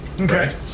Okay